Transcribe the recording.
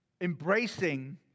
embracing